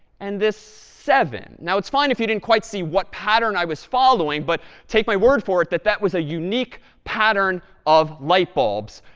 and this seven. now, it's fine if you didn't quite see what pattern i was following, but take my word for it that that was a unique pattern of light bulbs,